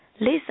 Lisa